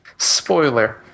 Spoiler